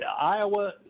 Iowa